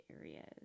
areas